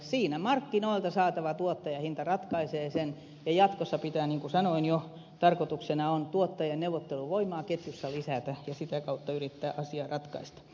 siinä markkinoilta saatava tuottajahinta ratkaisee sen ja jatkossa niin kuin sanoin jo tarkoituksena on tuottajien neuvotteluvoimaa ketjussa lisätä ja sitä kautta yrittää asiaa ratkaista